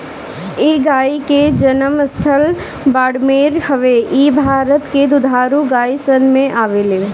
इ गाई के जनम स्थल बाड़मेर हवे इ भारत के दुधारू गाई सन में आवेले